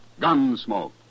Gunsmoke